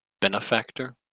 benefactor